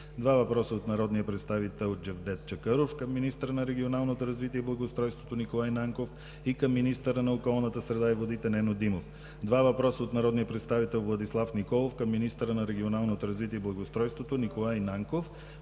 два въпроса от народния представител Джевдет Чакъров към министъра на регионалното развитие и благоустройството Николай Нанков; и към министъра на околната среда и водите Нено Димов; - два въпроса от народния представител Владислав Николов към министъра на регионалното развитие и благоустройството Николай Нанков.